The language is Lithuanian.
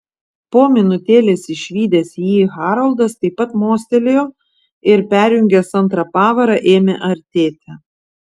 po minutėlės išvydęs jį haroldas taip pat mostelėjo ir perjungęs antrą pavarą ėmė artėti